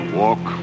walk